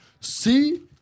See